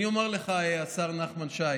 אני אומר לך, השר נחמן שי,